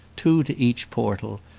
two to each portal,